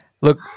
Look